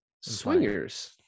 swingers